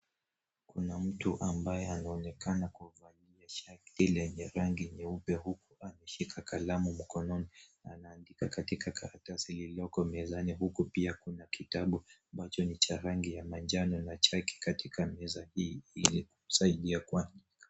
Kuna mtu ambaye anaonekana kuvalia shati lenye rangi nyeupe huku ameshika kalamu mkononi anaandika katika karatasi ilioko mezani. Huku pia kuna kitabu ambacho ni cha rangi ya manjano na chaki katika meza hii ili kusaidia kuandika.